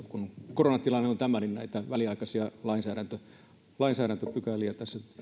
kun koronatilanne on tämä näitä väliaikaisia lainsäädäntöpykäliä